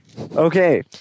Okay